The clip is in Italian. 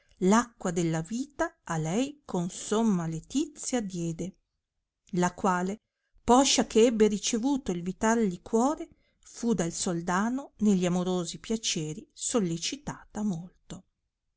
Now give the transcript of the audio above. acqua della vita a lei con somma letizia diede la quale poscia che ebbe ricevuto il vital liquore fu dal soldano ne gli amorosi piaceri sollecitata molto